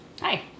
hi